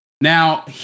Now